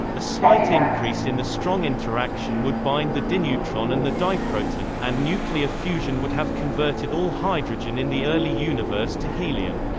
a slight increase in the strong interaction would bind the dineutron and the diproton, and nuclear fusion would have converted all hydrogen in the early universe to helium.